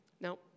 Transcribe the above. Now